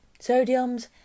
sodiums